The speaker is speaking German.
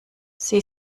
sie